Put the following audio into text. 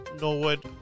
Norwood